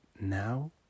now